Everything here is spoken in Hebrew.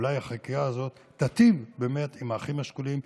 אולי החקיקה הזאת תיטיב באמת עם האחים השכולים,